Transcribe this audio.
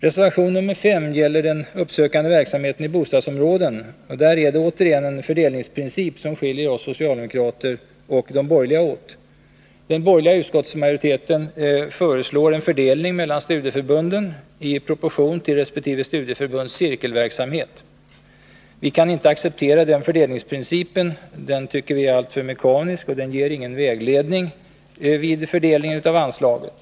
Reservation nr 5 gäller den uppsökande verksamheten i bostadsområden. Där är det återigen en fördelningsprincip som skiljer oss socialdemokrater och de borgerliga åt. Den borgerliga utskottsmajoriteten föreslår en fördelning mellan studieförbunden i proportion till resp. studieförbunds cirkelverksamhet. Vi kan inte acceptera den fördelningsprincipen. Den är alltför mekanisk och ger ingen vägledning vid fördelningen av anslaget.